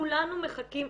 כולנו מחכים,